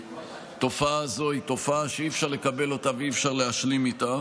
שהתופעה הזו היא תופעה שאי-אפשר לקבל אותה ואי-אפשר להשלים איתה.